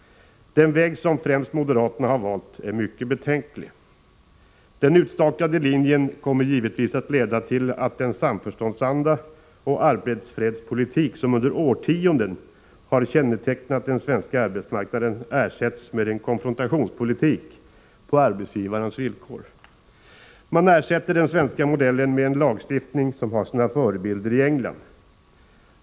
Den väg som främst moderaterna har valt är mycket betänklig. Den utstakade linjen kommer givetvis att leda till att den samförståndsanda och arbetsfredspolitik som under årtionden har kännetecknat den svenska arbetsmarknaden ersätts med en konfrontationspolitik på arbetsgivarnas villkor. Man ersätter den svenska modellen med en lagstiftning som har sina förebilder i England.